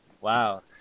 Wow